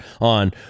on